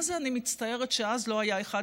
אני מה-זה מצטערת שאז לא היה אחד